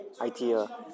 idea